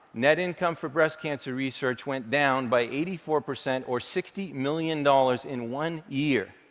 net income for breast cancer research went down by eighty four percent, or sixty million dollars, in one year.